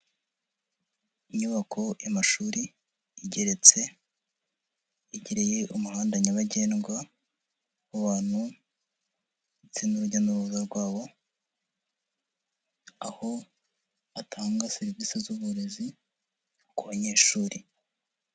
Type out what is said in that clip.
Inyubako y'amashuri igeretse yegereye umuhanda nyabagendwa w'abantu ndetse n'urujya n'uruza rwabo aho atanga serivisi z'uburezi kubanyeshuri.